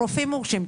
רופאים מורשים.